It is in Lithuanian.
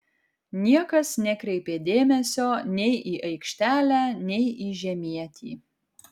niekas nekreipė dėmesio nei į aikštelę nei į žemietį